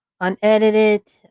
unedited